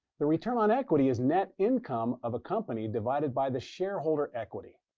the return on equity is net income of a company divided by the shareholder equity.